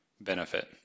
benefit